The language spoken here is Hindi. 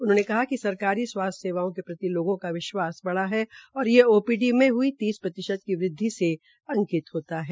उन्होंने कहा कि सरकारी स्वास्थ्य सेवाओं के प्रति लोगों का विश्वास बढ़ा है ये ओपीडी में हई तीस प्रतिशत की वृद्वि से साबित होता है